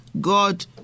God